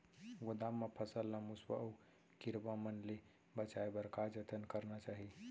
गोदाम मा फसल ला मुसवा अऊ कीरवा मन ले बचाये बर का जतन करना चाही?